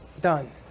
done